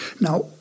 Now